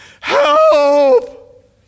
Help